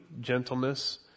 gentleness